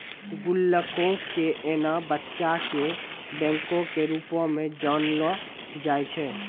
गुल्लको के एना बच्चा के बैंको के रुपो मे जानलो जाय छै